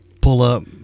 pull-up